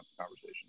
conversation